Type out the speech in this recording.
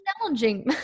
challenging